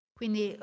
quindi